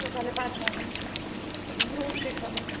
કાલે પાંચ વાગે ધ્રુવ શિખામાં